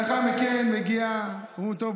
לאחר מכן מגיע, אומרים: טוב,